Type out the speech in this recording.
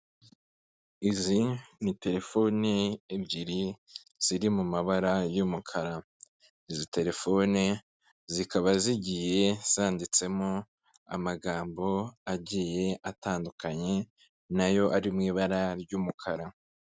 Izi ni telefoni ebyiri ziri mu mabara y'umukara, izi telefone zikaba zigiye zanditsemo amagambo agiye atandukanye nayo ari mu ibara ry'umukara.